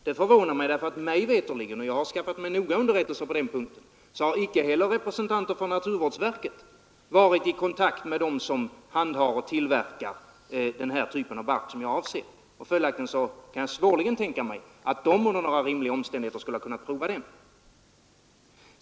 Det förvånar mig, därför att mig veterligt — jag har skaffat noggranna underrättelser på den punkten — har icke heller representanter från naturvårdsverket varit i kontakt med dem som handhar och tillverkar den typ av bark som jag avser. Jag kan svårligen tänka mig att de under några omständigheter skulle ha kunnat prova den.